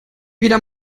wieder